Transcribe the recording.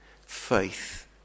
faith